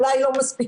אולי לא מספיקים,